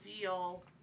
feel